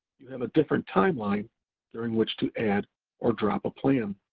you have a different timeline during which to add or drop a plan.